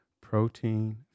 Protein